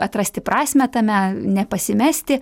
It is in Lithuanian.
atrasti prasmę tame nepasimesti